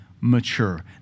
mature